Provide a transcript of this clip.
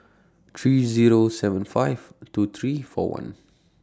three Zero seven five two three four one